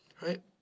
Right